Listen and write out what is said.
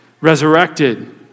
resurrected